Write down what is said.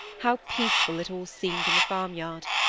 how peaceful it all seemed in the farmyard!